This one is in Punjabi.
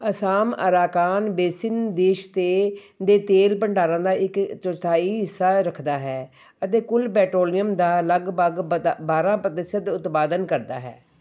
ਅਸਾਮ ਅਰਾਕਾਨ ਬੇਸਿਨ ਦੇਸ਼ ਤੇ ਦੇ ਤੇਲ ਭੰਡਾਰਾਂ ਦਾ ਇੱਕ ਚੌਥਾਈ ਹਿੱਸਾ ਰੱਖਦਾ ਹੈ ਅਤੇ ਕੁੱਲ ਬੈਟਰੋਲੀਅਮ ਦਾ ਲਗਭਗ ਬਦਾ ਬਾਰ੍ਹਾਂ ਪ੍ਰਤੀਸ਼ਤ ਉਤਪਾਦਨ ਕਰਦਾ ਹੈ